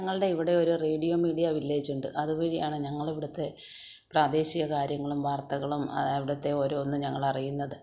ഞങ്ങളുടെ ഇവിടെ ഒരു റേഡിയോ മീഡിയ വില്ലേജുണ്ട് അതുവഴിയാണ് ഞങ്ങൾ ഇവിടത്തെ പ്രാദേശിക കാര്യങ്ങളും വാർത്തകളും അവിടത്തെ ഓരോന്നും ഞങ്ങളറിയുന്നത്